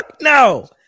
no